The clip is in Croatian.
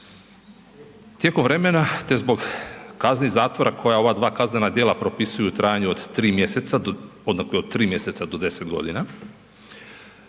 Tijekom vremena te zbog kazni zatvora koje ova dva kaznena djela propisuju u trajanju od 3 mjeseca, … 3 mjeseca